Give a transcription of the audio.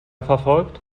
verfolgt